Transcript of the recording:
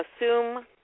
assume